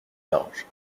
large